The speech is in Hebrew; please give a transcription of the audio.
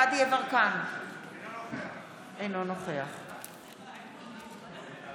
אתם גם עונים, (קוראת בשמות חברי הכנסת)